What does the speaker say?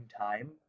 time